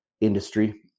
industry